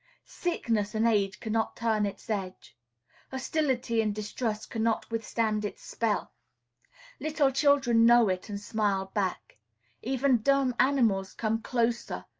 sickness and age cannot turn its edge hostility and distrust cannot withstand its spell little children know it, and smile back even dumb animals come closer,